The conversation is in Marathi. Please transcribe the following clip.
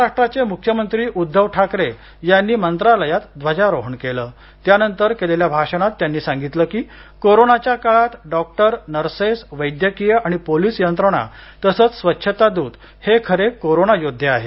महाराष्ट्राचे मुख्यमंत्री उद्धव ठाकरे यांनी मंत्रालयात ध्वजारोहण केले त्यानंतर केलेल्या भाषणात त्यांनी सांगितलं की कोरोनाच्या काळात डॉक्टर नर्सेस वैद्यकीय आणि पोलीस यंत्रणा तसंच स्वच्छता दूत हे खरे कोरोना योद्वे आहेत